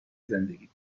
زندگی